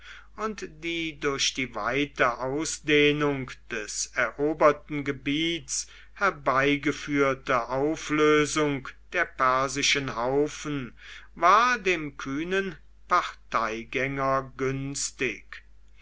und die durch die weite ausdehnung des eroberten gebiets herbeigeführte auflösung der persischen haufen war dem kühnen parteigänger günstig